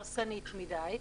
הרסנית מדי.